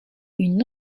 une